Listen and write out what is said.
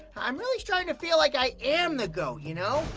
i'm really starting to feel like i am the goat, you know?